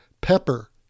pepper